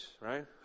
right